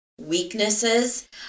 weaknesses